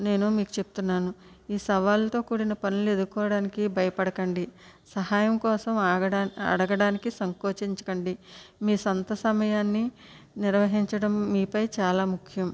నేను మీకు చెప్తున్నాను ఈ సవాలుతో కూడిన పనులు ఎదుర్కోవడానికి భయపడకండి సహాయం కోసం అడగటానికి అడగడానికి సంకోచించకండి మీ సొంత సమయాన్ని నిర్వహించడం మీపై చాలా ముఖ్యం